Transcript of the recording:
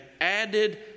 added